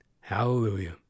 Hallelujah